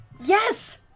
Yes